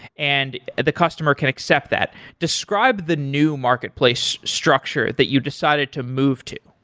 and the customer can accept that. describe the new marketplace structure that you decided to move to.